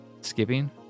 skipping